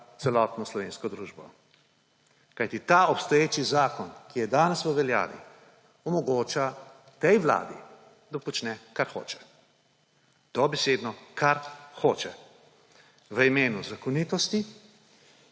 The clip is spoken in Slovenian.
celotno slovensko družbo. Ta obstoječi zakon, ki je danes v veljavi, omogoča tej vladi, da počne kar hoče. Dobesedno kar hoče. V imenu zakonitosti,